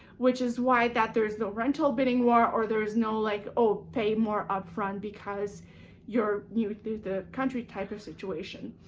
which is why that there is no rental bidding war, or there is no like oh, pay more upfront because you're you through the country type of situation.